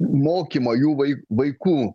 mokymą jų vaik vaikų